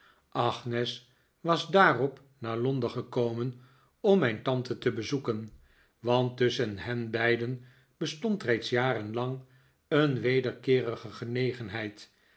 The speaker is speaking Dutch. agnes was daarop naar londen gekomen om mijn tante te bezoeken want tusschen hen beiden bestond reeds jaren lang een wederkeerige genegenheid